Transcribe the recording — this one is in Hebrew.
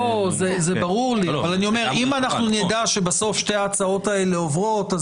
ברור לי אבל אם נדע ששתי ההצעות האלה עוברות,